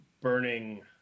burning